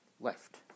left